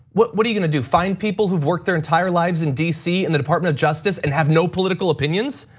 what what are you gonna do? find people who've worked their entire lives in dc, in the department of justice, and have no political opinions?